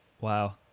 Wow